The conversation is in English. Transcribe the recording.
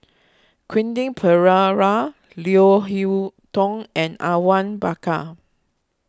Quentin Pereira Leo Hee Tong and Awang Bakar